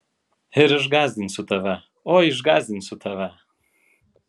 ir išgąsdinsiu tave oi išgąsdinsiu tave